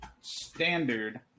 standard